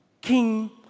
King